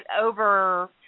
over